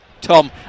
Tom